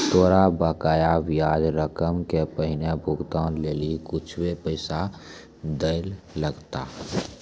तोरा बकाया ब्याज रकम के पहिलो भुगतान लेली कुछुए पैसा दैयल लगथा